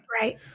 Right